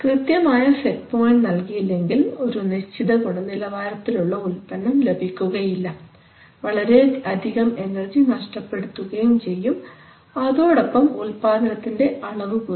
കൃത്യമായ set point നൽകിയില്ലെങ്കിൽ ഒരു നിശ്ചിത ഗുണനിലവാരത്തിൽ ഉള്ള ഉൽപന്നം ലഭിക്കുകയുമില്ല വളരെയധികം എനർജി നഷ്ടപ്പെടുത്തുകയും ചെയ്യും അതോടൊപ്പം ഉൽപാദനത്തിൻറെ അളവ് കുറയും